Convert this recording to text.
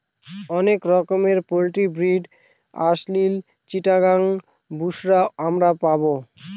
অনেক রকমের poultry breed Aseel, Chittagong, বুশরা আমরা পাবো